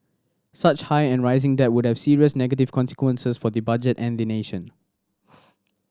such high and rising debt would have serious negative consequences for the budget and the nation